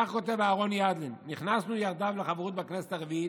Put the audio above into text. כך כותב אהרן ידלין: נכנסנו יחדיו לחברות בכנסת הרביעית,